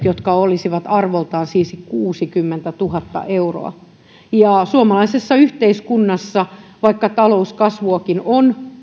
jotka olisivat arvoltaan siis kuusikymmentätuhatta euroa suomalaisessa yhteiskunnassa vaikka talouskasvuakin on